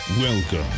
Welcome